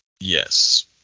Yes